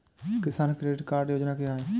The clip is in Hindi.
किसान क्रेडिट कार्ड योजना क्या है?